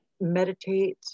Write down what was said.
meditate